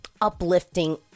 uplifting